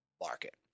market